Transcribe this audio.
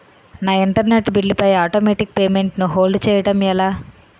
నా internet bill పై automatic payment ను హోల్డ్ చేయటం ఎలా?